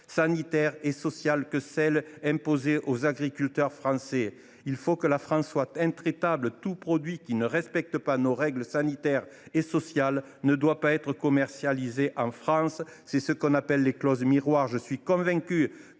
sanitaires et sociales que celles qui sont imposées aux agriculteurs français. La France doit être intraitable : tout produit ne respectant pas nos règles sanitaires et sociales ne doit pas être commercialisé en France. C’est ce que l’on appelle les clauses miroirs. Je suis convaincu